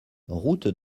route